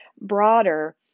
broader